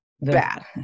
bad